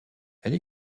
elle